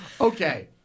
Okay